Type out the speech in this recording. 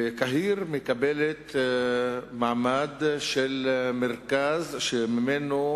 קהיר מקבלת מעמד של מרכז שממנו